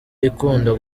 ikunda